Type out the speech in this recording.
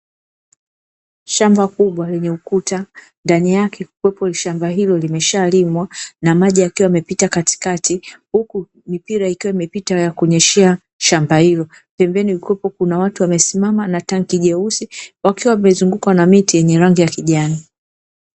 Shamba kubwa lenye ukuta ndani yake kukiwepo shamba hilo limeshalimwa, na maji yakiwa yamepita katikati huku mipira ikiwa imepita ya kunyeshea shamba hilo pembeni kukiwepo na watu wamesimama na tanki jeusi wakiwa wazungukwa na miti ya rangi ya kijani.